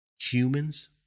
Humans